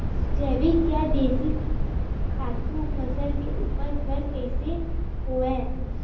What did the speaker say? जैविक या देशी खातु फसल के उपज बर कइसे होहय?